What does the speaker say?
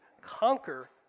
conquer